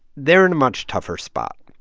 they're in a much tougher spot.